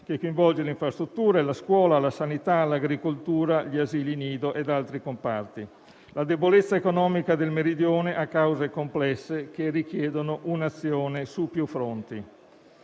ricordato questa mattina), la scuola, la sanità, l'agricoltura, gli asili nido ed altri comparti. La debolezza economica del Meridione ha cause complesse che richiedono un'azione su più fronti.